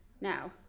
Now